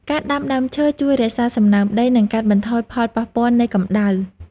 ការដាំដើមឈើជួយរក្សាសំណើមដី និងកាត់បន្ថយផលប៉ះពាល់នៃកំដៅ។